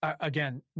again